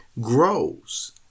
grows